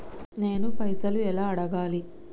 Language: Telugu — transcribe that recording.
నేను పైసలు ఎలా అడగాలి?